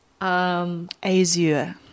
Azure